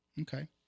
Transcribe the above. Okay